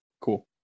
cool